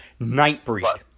Nightbreed